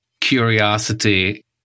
curiosity